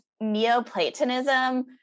neoplatonism